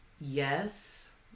Yes